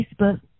Facebook